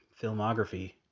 filmography